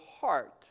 heart